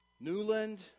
Newland